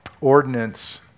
ordinance